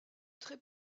très